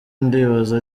ndibaza